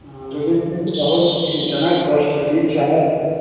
हाँ लेकिन फिर भी बहुत इतना कॉश्टली चार्ज है